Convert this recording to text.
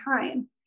time